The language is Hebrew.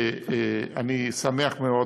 ואני שמח מאוד